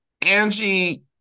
Angie